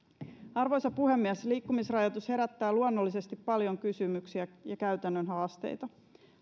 arvoisa puhemies liikkumisrajoitus herättää luonnollisesti paljon kysymyksiä ja käytännön haasteita